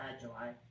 July